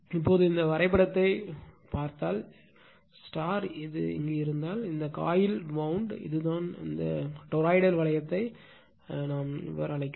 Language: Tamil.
இப்போது இந்த வரைபடத்தைப் பார்த்தால் இது இருந்தால் இந்த காயில் வவுண்ட் இதுதான் இந்த டொராய்டல் வளையத்தை அழைக்கிறது